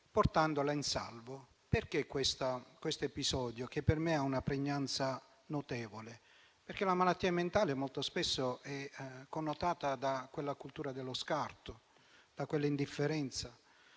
tra i veicoli. Perché questo episodio, che per me ha una pregnanza notevole? La malattia mentale molto spesso è connotata dalla cultura dello scarto, dall'indifferenza,